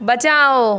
बचाओ